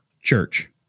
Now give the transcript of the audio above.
church